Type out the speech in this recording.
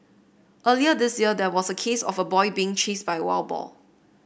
earlier this year there was a case of a boy being chased by a wild boar